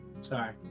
Sorry